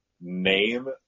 name